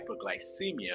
hyperglycemia